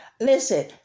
Listen